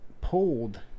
pulled